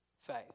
faith